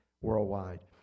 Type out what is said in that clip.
worldwide